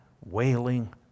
wailing